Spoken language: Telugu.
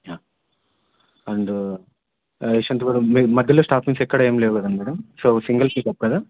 అండ్ యశ్వంతపూర మధ్యలో స్టాపింగ్స్ ఎక్కడ ఏం లేవు కదా మేడమ్ సో సింగిల్ స్లిప్ కదా